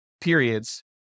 periods